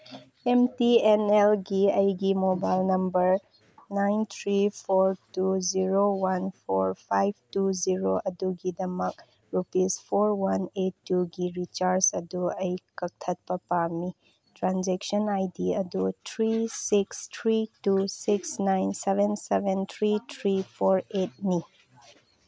M T N ꯑꯦꯜꯒꯤ ꯑꯩꯒꯤ mobile number nine three four two zero one four five two zero ꯑꯗꯨꯒꯤꯗꯃꯛ rupees four one eight ꯇꯨꯒꯤ recharge ꯑꯗꯨ ꯑꯩ ꯀꯛꯊꯠꯄ ꯄꯥꯝꯃꯤ ꯇ꯭ꯔꯥꯟꯖꯦꯛꯁꯟ ꯑꯥꯏ ꯗꯤ ꯑꯗꯨ three six three two six nine seven seven three three four ꯑꯩꯠꯅꯤ